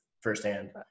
firsthand